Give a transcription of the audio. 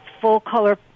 full-color